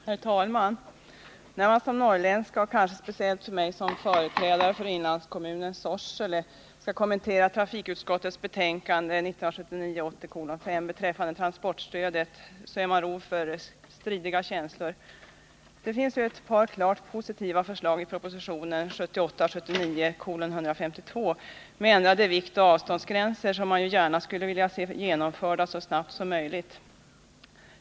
Herr talman! När man som norrländska — och kanske speciellt som företrädare för inlandskommunen Sorsele — skall kommentera trafikutskottets betänkande 1979 79:152, såsom ändrade viktoch avståndsgränser, som man gärna skulle vilja se genomförda så snabbt som möjligt.